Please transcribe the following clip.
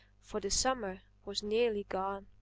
for the summer was nearly gone.